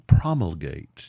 promulgate